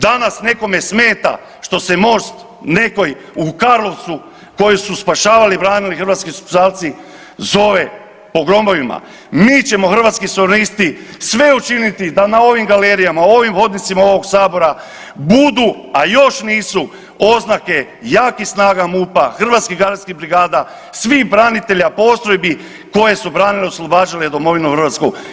Danas nekome smeta što se most nekoji u Karlovcu koji su spašavali i branili hrvatski specijalci zove po gromovima, mi ćemo Hrvatski suverenisti sve učiniti da na ovim galerijama, ovim hodnicima ovog sabora budu, a još nisu oznake jakih snaga MUP-a, hrvatskih gardijskih brigada, svih branitelja, postrojbi koje su branile, oslobađale domovinu Hrvatsku.